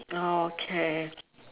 okay